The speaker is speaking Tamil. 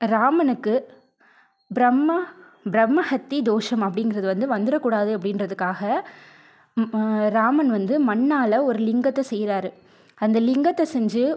ராமனுக்கு பிரம்மா பிரம்மஹத்தி தோஷம் அப்படிங்கிறது வந்து வந்துற கூடாது அப்படின்றதுக்காக ராமன் வந்து மண்ணால் ஒரு லிங்கத்தை செய்யறாரு அந்த லிங்கத்தை செஞ்சு